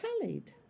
Tallied